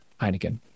Heineken